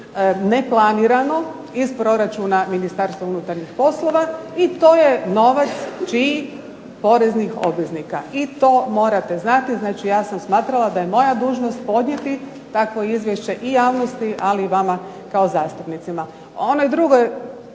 neplaniranog, iz proračuna Ministarstva unutarnjih poslova i to je novac čiji, poreznih obveznika. I to morate znati. Znači, ja sam smatrala da je moja dužnost podnijeti takvo izvješće i javnosti ali i vama kao zastupnicima.